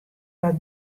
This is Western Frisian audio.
wat